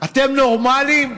אתם נורמליים?